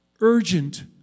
urgent